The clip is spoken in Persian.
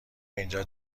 اینجا